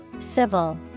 Civil